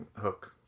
hook